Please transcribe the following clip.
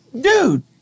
Dude